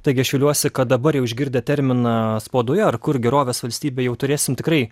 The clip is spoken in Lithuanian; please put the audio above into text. taigi aš viliuosi kad dabar jau išgirdę terminą spaudoje ar kur gerovės valstybė jau turėsim tikrai